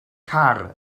car